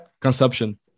consumption